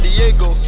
Diego